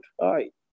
right